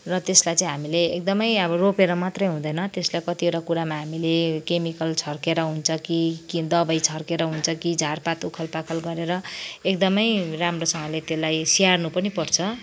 र त्यसलाई चाहिँ हामीले एकदमै अब रोपेर मात्रै हुँदैन त्यसलाई कतिवटा कुरामा हामीले केमिकल छर्केर हुन्छ कि कि दबाई छर्केर हुन्छ कि झारपात उखालपाखल गरेर एकदमै राम्रोसँगले त्यसलाई स्याहार्नु पनि पर्छ